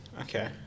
Okay